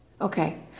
Okay